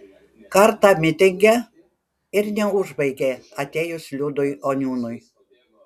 kartą mitinge ir neužbaigė atėjus liudui oniūnui